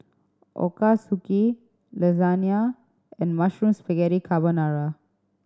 Ochazuke Lasagna and Mushroom Spaghetti Carbonara